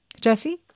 Jesse